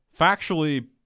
Factually